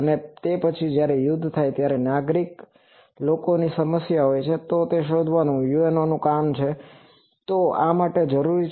અને પછી જ્યારે યુદ્ધ પૂર્ણ થાય ત્યારે નાગરિક લોકોની સમસ્યા હોય છે તો તે શોધવાનું UNO નું કામ છે તો આ માટે તે જરૂરી છે